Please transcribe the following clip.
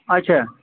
اَچھا